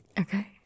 Okay